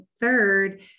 third